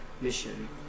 mission